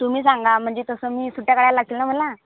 तुम्ही सांगा म्हणजे तसं मी सुट्ट्या काढायला लागतील ना मला